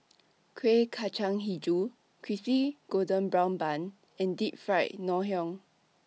Kueh Kacang Hijau Crispy Golden Brown Bun and Deep Fried Ngoh Hiang